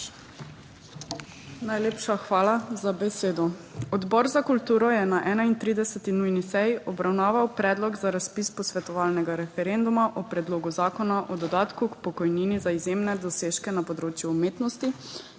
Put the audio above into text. Najlepša hvala za besedo. Odbor za kulturo je na 31. nujni seji obravnaval Predlog za razpis posvetovalnega referenduma o Predlogu zakona o dodatku k pokojnini za izjemne dosežke na področju umetnosti,